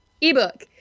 ebook